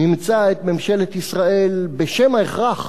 נמצא את ממשלת ישראל, בשם ההכרח